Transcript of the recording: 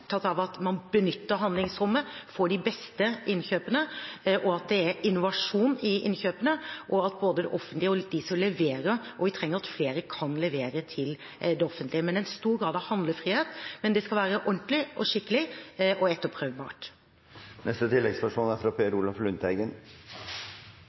av at man benytter handlingsrommet, får de beste innkjøpene, og at det er innovasjon i innkjøpene. Vi trenger at flere kan levere til det offentlige. Det skal være stor grad av handlefrihet, men ordentlig, skikkelig og etterprøvbart. Per Olaf Lundteigen – til oppfølgingsspørsmål. Det er til arbeidsministeren. Full sysselsetting krever politisk styring, og nå får vi stadig sterkere uvær med økende ledighet både fra